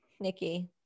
nikki